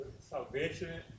Salvation